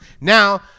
Now